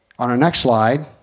on our next slide